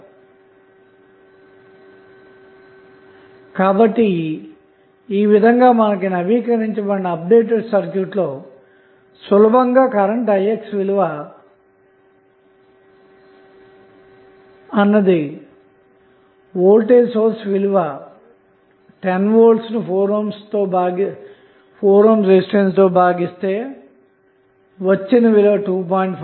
57A కాబట్టి ఈ నవీకరించబడిన సర్క్యూట్ లో మీరు సులభంగా కరెంటు ix విలువ అన్నది వోల్టేజ్ సోర్స్ విలువ 10V ను 4 ohm రెసిస్టెన్స్ తో భాగిస్తే వచ్చిన విలువ 2